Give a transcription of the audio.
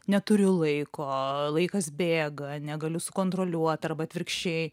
neturiu laiko laikas bėga negaliu sukontroliuot arba atvirkščiai